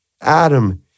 Adam